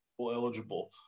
eligible